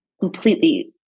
completely